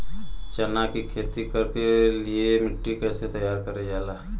चना की खेती कर के लिए मिट्टी कैसे तैयार करें जाला?